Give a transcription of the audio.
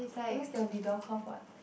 that means there will be bell curve what